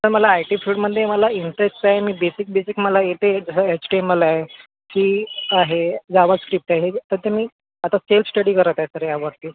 sir मला I T फिल्डमध्ये मला इंटरेस्ट आहे मी बेसिक बेसिक मला येते the H T M L आहे सी ई आहे जावा स्क्रीप्ट आहे हे जे त्याचं मी आता सेल्फ स्टडी करत आहे सर यावरती